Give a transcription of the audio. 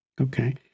Okay